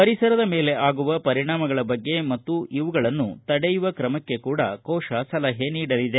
ಪರಿಸರದ ಮೇಲೆ ಆಗುವ ಪರಿಣಾಮಗಳ ಬಗ್ಗೆ ಮತ್ತು ಇವುಗಳನ್ನು ತಡೆಯುವ ಕ್ರಮಕ್ಕೆ ಕೂಡಾ ಕೋಶ ಸಲಹೆ ನೀಡಲಿದೆ